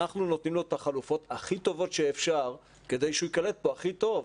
אנחנו נותנים לו את החלופות הכי טובות שאפשר כדי שהוא ייקלט פה הכי טוב.